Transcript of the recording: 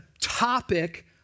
topic